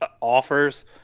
offers